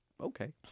Okay